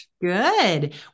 Good